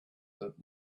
that